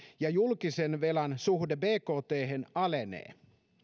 ja julkisen velan suhde bkthen alenee